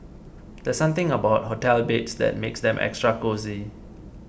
there's something about hotel beds that makes them extra cosy